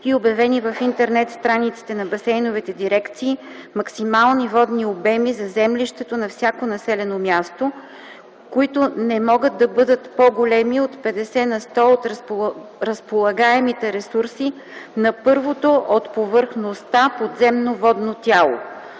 и обявени в интернет страниците на басейновите дирекции максимални водни обеми за землището на всяко населено място, които не могат да бъдат по-големи от 50 на сто от разполагаемите ресурси на първото от повърхността подземно водно тяло.